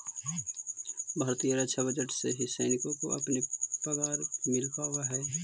भारतीय रक्षा बजट से ही सैनिकों को अपनी पगार मिल पावा हई